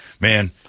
Man